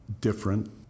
different